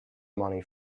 money